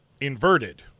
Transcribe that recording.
inverted